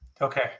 Okay